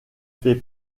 fait